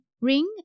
ring